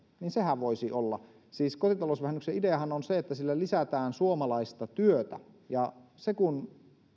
niin sehän voisi olla siis kotitalousvähennyksen ideahan on se että sillä lisätään suomalaista työtä ja se kun